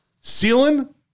Ceiling